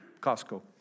Costco